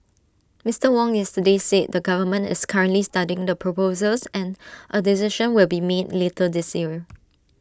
Mister Wong yesterday said the government is currently studying the proposals and A decision will be made later this year